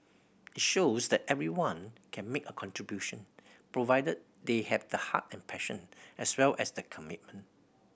it shows that everyone can make a contribution provided they have the heart and passion as well as the commitment